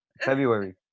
February